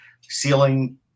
ceiling